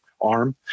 arm